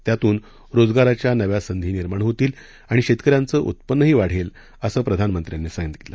त्यातून रोजगाराच्या नव्या संधी निर्माण होतील आणि शेतकऱ्यांचं उत्पन्नही वाढेल असं प्रधानमंत्र्यांनी सांगितलं